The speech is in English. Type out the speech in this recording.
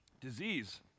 Disease